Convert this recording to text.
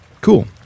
cool